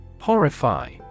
Horrify